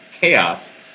chaos